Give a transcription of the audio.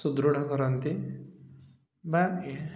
ସୁଦୃଢ଼ କରନ୍ତି ବା